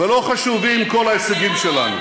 ולא חשובים כל ההישגים שלנו.